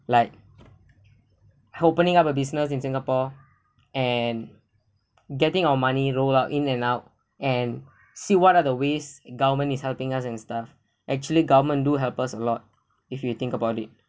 like opening up a business in singapore and getting our money rolled out in and out and see what are the ways government is helping us and stuff actually government do help us a lot if you think about it